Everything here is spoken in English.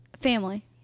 Family